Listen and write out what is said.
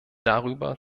darüber